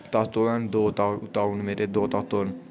तातो हैन दो ताऊ ताऊ दो ताऊ न मेरे दो तातो न